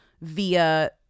via